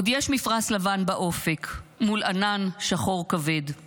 "עוד יש מפרש לבן באופק / מול ענן שחור כבד /